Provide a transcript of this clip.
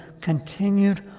continued